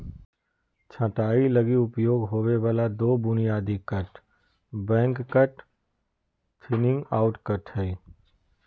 छंटाई लगी उपयोग होबे वाला दो बुनियादी cut back cut, thinning out cut हइ